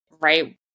right